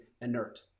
inert